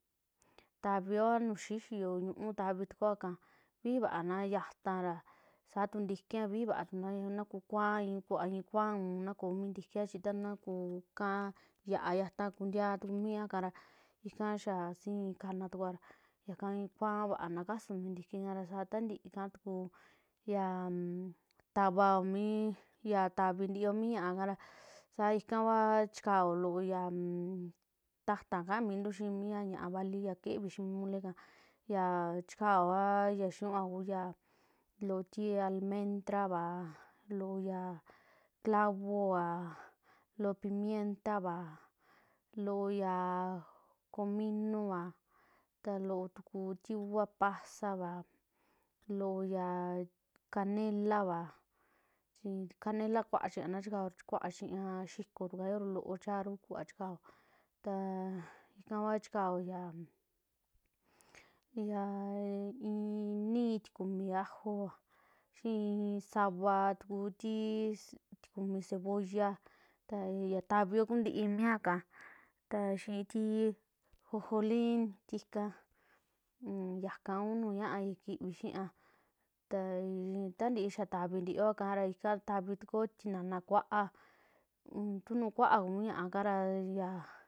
Tavioo nuu xi'io ñuu tavi tukuoka, vijii vaa na yataara saa tu ntikiia viji vaa na, na kuu kuaa i'i kuvaa ii kuaa unn na kuu mi ntikia chi nakuka xaa yata kuntiaa tuku mia yakara xaa sii kana tukua ra yaka ii kuaava a kasuu mi ntiki kaa rasa taa ntii ikatuku yaa tavao mi, ya tavi ntio mi ña;a ikara, sa ika va chikao loo an ta'ta kaa mintuu xii mi ya ñaa vali ya kivi xii mi mole ika ya chikaoa, ya xinua kua loo tii almendra vaa, loo yaa clavo vaa, loo pimienta vaa, loo yaj cominoaa ta loo tuku ti uva pasa vaa, loo yaa canelavaa, chi tu canela kuachiña na chikao, chi kuaa chiña xikooru kaa yoo loo charu kuva chikao taa ika vaa chikao ya i'i mi tikumi ajo vaa xii sava tuku tiis tikumi cebolla vaa, taa ya tavio kuu ntii miaka ta xii ti jojolin tika un yaka ku nuju ña'a ya kivi xiaa ta tantii xaa tavi nitioa ika ra ika tavi tukup tinana kua'a ntu nuu kuaa mi ñaa kara ya.